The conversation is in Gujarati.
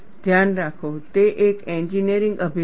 ધ્યાન રાખો તે એક એન્જિનિયરિંગ અભિગમ છે